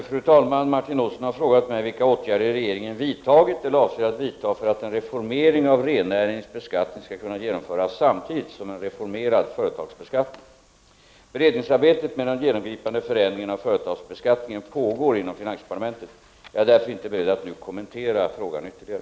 Fru talman! Martin Olsson har frågat mig vilka åtgärder regeringen vidtagit eller avser att vidta för att en reformering av rennäringens beskattning skall kunna genomföras samtidigt som en reformerad företagsbeskattning. Beredningsarbetet med den genomgripande förändringen av företagsbeskattningen pågår inom finansdepartementet. Jag är därför inte beredd att nu kommentera frågan ytterligare.